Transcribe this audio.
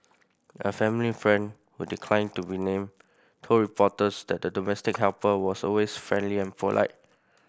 a family friend who declined to be named told reporters that the domestic helper was always friendly and polite